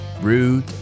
Rude